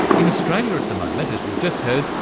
in australia at the moment, as we've just heard,